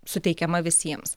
suteikiama visiems